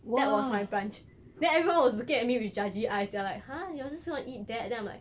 what was my brunch then everyone was looking at me with judgy eyes like !huh! you just wanna eat that then I'm like